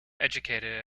educated